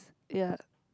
ya